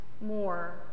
more